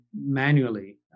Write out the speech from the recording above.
manually